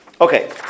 Okay